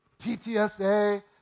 PTSA